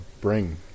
bring